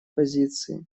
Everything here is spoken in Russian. позиции